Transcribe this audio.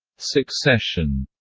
succession,